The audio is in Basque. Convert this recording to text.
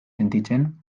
sentitzen